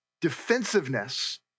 defensiveness